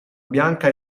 bianca